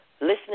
listening